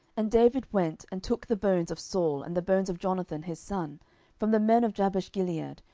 and david went and took the bones of saul and the bones of jonathan his son from the men of jabeshgilead,